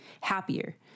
happier